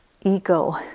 ego